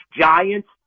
Giants